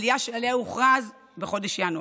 עלייה שעליה הוכרז בחודש ינואר.